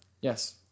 Yes